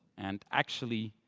and actually,